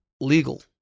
legal